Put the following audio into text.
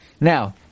Now